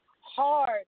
hard